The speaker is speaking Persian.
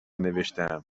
نوشتهام